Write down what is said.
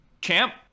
champ